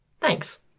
Thanks